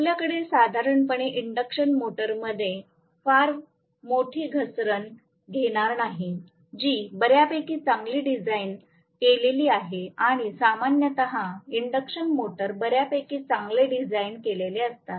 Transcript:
आपल्याकडे साधारणपणे इंडक्शन मोटरमध्ये फार मोठी घसरण होणार नाही जी बऱ्यापैकी चांगली डिझाइन केलेली आहे आणि सामान्यत इंडक्शन मोटर्स बऱ्यापैकी चांगले डिझाइन केलेले असतात